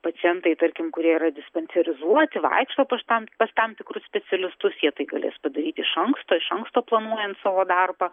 pacientai tarkim kurie yra dispanserizuoti vaikšto pas tam pas tam tikrus specialistus jie tai galės padaryti iš anksto iš anksto planuojant savo darbą